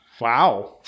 Wow